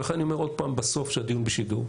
ולכן אני אומר עוד פעם בסוף שהדיון בשידור.